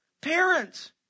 Parents